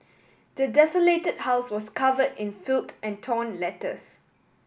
the desolated house was covered in filth and torn letters